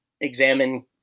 examine